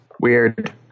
weird